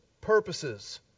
purposes